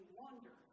wonder